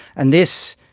and this,